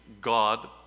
God